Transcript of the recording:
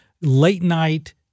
late-night